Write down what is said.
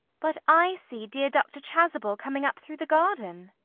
but i see dear dr. chasuble coming up through the garden.